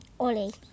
Ollie